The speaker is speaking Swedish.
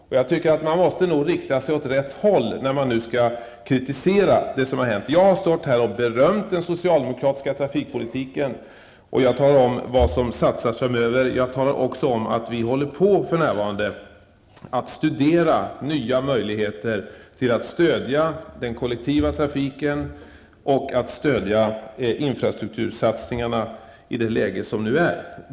Jag tycker att man måste rikta sig åt rätt håll när man kritiserar. Jag har stått här och berömt den socialdemokratiska trafikpolitiken och talat om vad som har satsats. Dessutom talade jag om att vi för närvarande studerar nya möjligheter att stödja den kollektiva trafiken och infrastruktursatsningarna i det nuvarande läget.